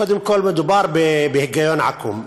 קודם כול, מדובר בהיגיון עקום.